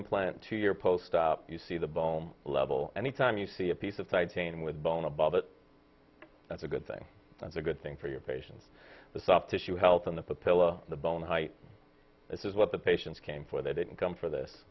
implant to your post op you see the boehm level any time you see a piece of titanium with bone above it that's a good thing that's a good thing for your patients the soft tissue health and the pillow the bone height this is what the patients came for they didn't come for this